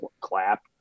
clap